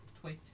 Tweet